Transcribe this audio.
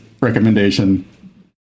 recommendation